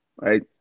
right